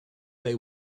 they